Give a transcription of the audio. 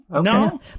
no